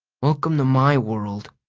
welcome to my world!